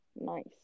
nice